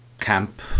camp